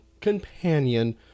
companion